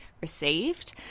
received